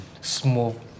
smooth